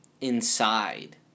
Inside